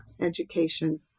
education